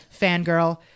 fangirl